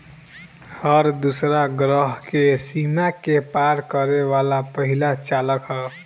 हर दूसरा ग्रह के सीमा के पार करे वाला पहिला चालक ह